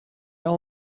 all